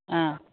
অঁ